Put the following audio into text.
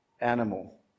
Animal